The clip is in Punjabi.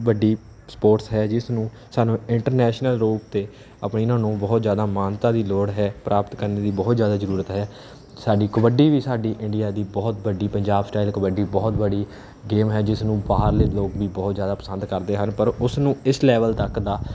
ਵੱਡੀ ਸਪੋਰਟਸ ਹੈ ਜਿਸ ਨੂੰ ਸਾਨੂੰ ਇੰਟਰਨੈਸ਼ਨਲ ਰੂਪ 'ਤੇ ਆਪਣੀ ਇਹਨਾਂ ਨੂੰ ਬਹੁਤ ਜ਼ਿਆਦਾ ਮਾਨਤਾ ਦੀ ਲੋੜ ਹੈ ਪ੍ਰਾਪਤ ਕਰਨ ਦੀ ਬਹੁਤ ਜ਼ਿਆਦਾ ਜਰੂਰਤ ਹੈ ਸਾਡੀ ਕਬੱਡੀ ਵੀ ਸਾਡੀ ਇੰਡੀਆ ਦੀ ਬਹੁਤ ਵੱਡੀ ਪੰਜਾਬ ਸਟਾਇਲ ਕਬੱਡੀ ਬਹੁਤ ਬੜੀ ਗੇਮ ਹੈ ਜਿਸ ਨੂੰ ਬਾਹਰਲੇ ਲੋਕ ਵੀ ਬਹੁਤ ਜ਼ਿਆਦਾ ਪਸੰਦ ਕਰਦੇ ਹਨ ਪਰ ਉਸ ਨੂੰ ਇਸ ਲੈਵਲ ਤੱਕ ਦਾ